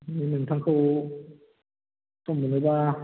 नोंथांखौ सम मोनोबा